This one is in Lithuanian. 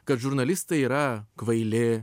kad žurnalistai yra kvaili